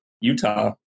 Utah